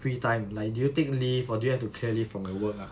free time like do you take leave or do you have to clear leave from your work ah